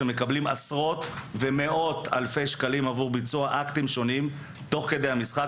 שמקבלים עשרות ומאות אלפי שקלים עבור ביצוע אקטים שונים תוך כדי המשחק,